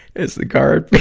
as the guard